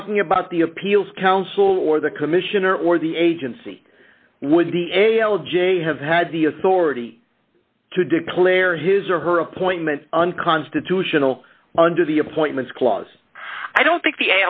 talking about the appeals council or the commissioner or the agency would be a l j have had the authority to declare his or her appointment unconstitutional under the appointments clause i don't think the